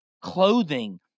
clothing